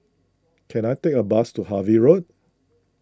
can I take a bus to Harvey Road